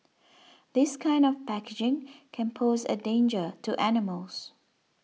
this kind of packaging can pose a danger to animals